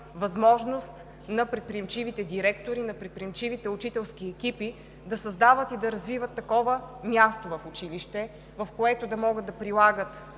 възможност на предприемчивите директори и учителски екипи да създават и да развиват такова място в училище, в което да могат да прилагат